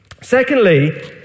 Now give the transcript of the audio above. Secondly